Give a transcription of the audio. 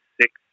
six